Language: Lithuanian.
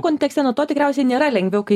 kontekste nuo to tikriausiai nėra lengviau kai